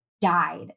died